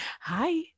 Hi